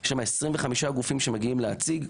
יש שם 25 גופים שמגיעים להציג,